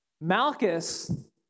Malchus